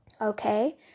Okay